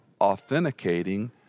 authenticating